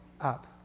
up